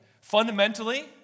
Fundamentally